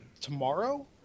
tomorrow